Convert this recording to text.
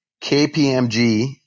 KPMG